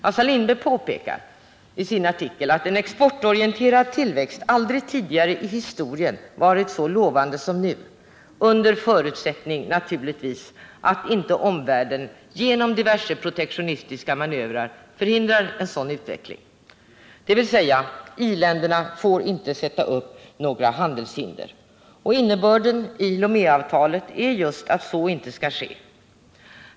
Assar Lindbeck påpekar att en exportorienterad tillväxt aldrig tidigare i historien har varit så lovande som nu -— naturligtvis under förutsättning att inte omvärlden genom diverse protektionistiska manövrer förhindrar en sådan utveckling, dvs. iländerna får inte sätta upp några handelshinder. Innebörden i Loméavtalet är just att så inte skall ske.